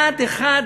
אחד, אחד,